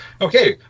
Okay